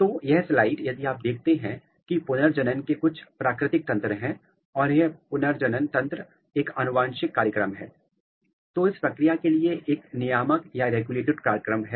तो यह स्लाइड यदि आप यहां देखते हैं कि पुनर्जनन के कुछ प्राकृतिक तंत्र हैं और यह पुनर्जनन तंत्र एक आनुवंशिक कार्यक्रम है तो इस प्रक्रिया के लिए एक नियामक कार्यक्रम है